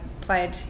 played